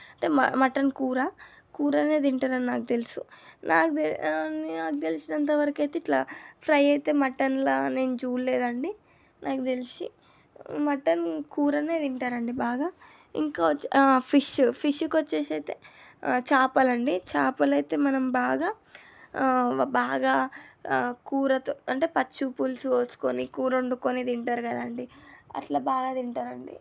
అంటే మటన్ కూర కూరనే తింటానని నాకు తెలుసు నాకు తెలుసు నాకు తెలిసినంత వరకైతే ఇట్లా ఫ్రై అయితే మటన్లో నేను చూడలేదు అండి నాకు తెలిసి మటన్ కూరనే తింటారు అండి బాగా ఇంకా వచ్చి ఫిష్ ఫిష్కి వచ్చేసి అయితే చేపలు అండి చేపలు అయితే మనం బాగా బాగా కూరతో అంటే పచ్చి పులుసు పోసుకొని కూర వండుకొని తింటారు కదండీ అట్లా బాగా తింటారు అండి